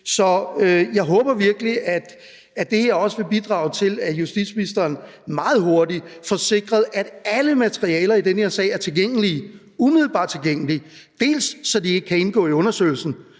Så jeg håber virkelig, at det her også vil bidrage til, at justitsministeren meget hurtigt får sikret, at alle materialer i den her sag er tilgængelige, umiddelbart tilgængelige, så de ikke kun kan indgå i undersøgelsen,